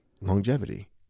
longevity